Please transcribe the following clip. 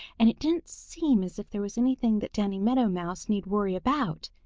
and it didn't seem as if there was anything that danny meadow mouse need worry about.